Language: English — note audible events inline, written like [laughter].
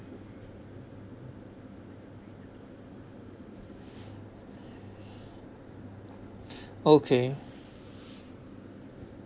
[breath] okay